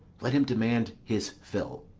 let him demand his fill.